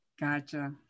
Gotcha